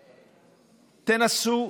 תנסו.